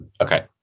Okay